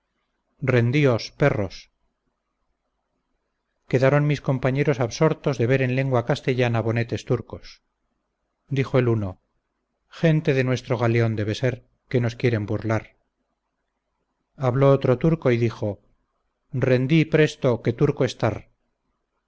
rendíos perros quedaron mis compañeros absortos de ver en lengua castellana bonetes turcos dijo el uno gente de nuestro galeón debe de ser que nos quieren burlar habló otro turco y dijo rendí presto que turco estar